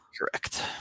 Correct